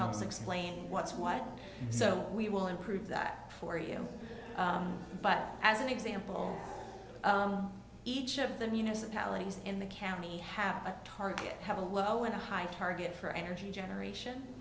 helps explain what's what so we will improve that for you but as an example each of the municipalities in the county have a target have a low and a high target for energy generation